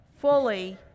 fully